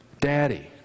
daddy